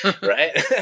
Right